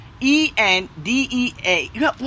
E-N-D-E-A